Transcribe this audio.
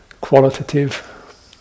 qualitative